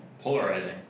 Polarizing